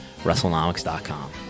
WrestleNomics.com